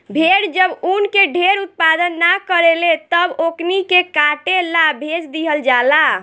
भेड़ जब ऊन के ढेर उत्पादन न करेले तब ओकनी के काटे ला भेज दीहल जाला